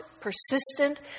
persistent